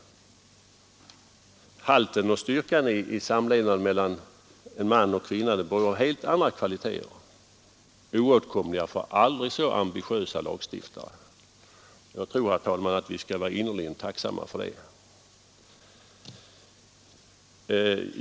Halten och styrkan i samlevnaden mellan en man och en kvinna beror på helt andra kvaliteter, oåtkomliga för aldrig så ambitiösa lagstiftare. Jag tror, herr talman, att vi skall vara innerligen tacksamma för det.